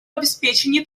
обеспечении